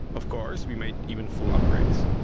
of course, we made even full upgrades.